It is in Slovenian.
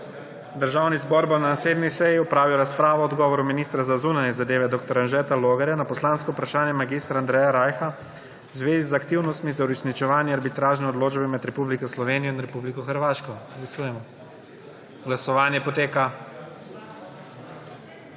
Državni zbor bo na naslednji seji opravil razpravo o odgovoru ministra za zunanje zadeve dr. Anžeta Logarja na poslansko vprašanje mag. Andreja Rajha v zvezi z aktivnostmi za uresničevanje arbitražne odločbe med Republiko Slovenijo in Republiko Hrvaško. Glasujemo.